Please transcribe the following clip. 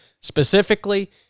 specifically